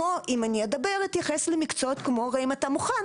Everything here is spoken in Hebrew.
אם אני אתייחס למקצועות כמו האם אתה מוכן